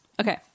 Okay